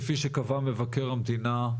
כפי שקבע מבקר המדינה,